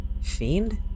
Fiend